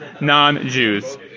non-Jews